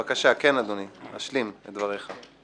בבקשה, כן, אדוני, השלם את דבריך.